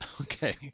Okay